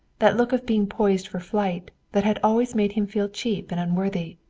that look of being poised for flight, that had always made him feel cheap and unworthy.